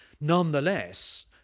Nonetheless